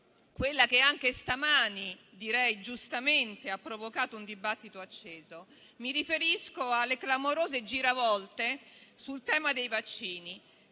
quella che anche stamani, direi giustamente, ha provocato un dibattito acceso. Mi riferisco alle clamorose giravolte sul tema dei vaccini.